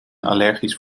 allergisch